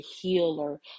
healer